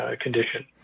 condition